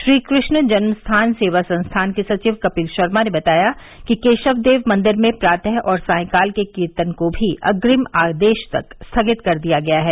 श्रीकृष्ण जन्मस्थान सेवा संस्थान के सचिव कपिल शर्मा ने बताया कि केशव देव मंदिर में प्रातः और सायंकाल के कीर्तन को भी अग्रिम आदेश तक स्थगित कर दिया गया है